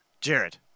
Jared